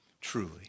Truly